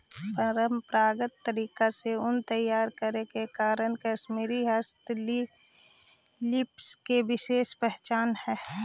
परम्परागत तरीका से ऊन तैयार करे के कारण कश्मीरी हस्तशिल्प के विशेष पहचान हइ